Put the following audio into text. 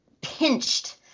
pinched